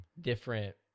Different